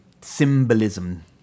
symbolism